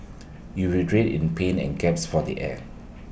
he writhed in pain and gasped for air